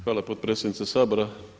Hvala potpredsjednice Sabora.